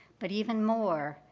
but even more,